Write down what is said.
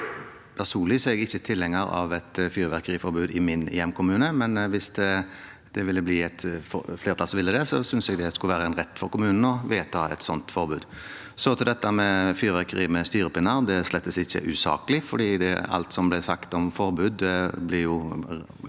Personlig er jeg ikke tilhenger av et fyrverkeriforbud i min hjemkommune, men hvis det skulle bli et flertall for det, synes jeg det skal være en rett for kommunen å vedta et slikt forbud. Så til fyrverkeri med styrepinne: Det er slett ikke usaklig, for alt som ble sagt om forbud, blir